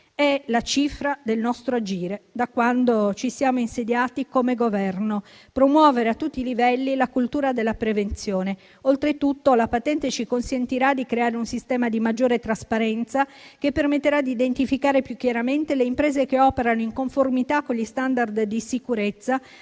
È la cifra del nostro agire da quando ci siamo insediati come Governo: promuovere a tutti i livelli la cultura della prevenzione. Oltretutto, la patente ci consentirà di creare un sistema di maggiore trasparenza che permetterà di identificare più chiaramente le imprese che operano in conformità con gli *standard* di sicurezza,